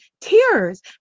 tears